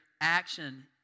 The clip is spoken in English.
action